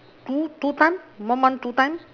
two two time one month two time